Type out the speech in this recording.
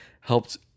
helped